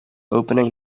opening